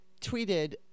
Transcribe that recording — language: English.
tweeted